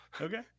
Okay